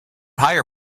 higher